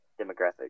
demographic